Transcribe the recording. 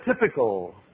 typical